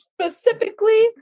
Specifically